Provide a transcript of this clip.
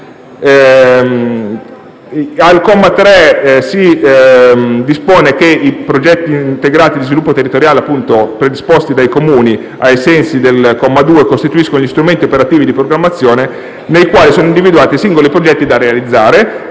Al comma 3 si dispone che i progetti integrati di sviluppo territoriale predisposti dai Comuni ai sensi del comma 2 costituiscono gli strumenti operativi di programmazione nei quali sono individuati i singoli progetti da realizzare,